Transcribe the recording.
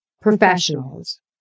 professionals